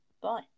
bye